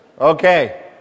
Okay